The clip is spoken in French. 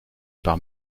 par